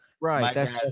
Right